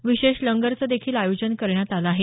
विशेष लंगरचं देखिल आयोजन करण्यात आलं आहे